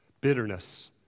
Bitterness